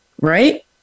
right